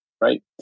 right